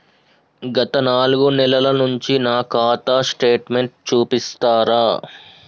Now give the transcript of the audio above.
గత నాలుగు నెలల నుంచి నా ఖాతా స్టేట్మెంట్ చూపిస్తరా?